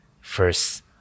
first